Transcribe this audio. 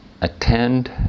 attend